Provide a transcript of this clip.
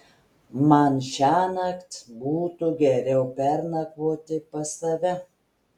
man šiąnakt būtų geriau pernakvoti pas tave